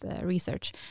research